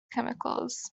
chemicals